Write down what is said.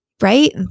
Right